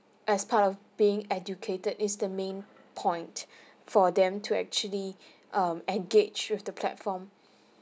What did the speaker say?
as part of being educated is the main point for them to actually um engage with the platform